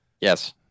Yes